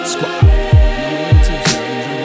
Squad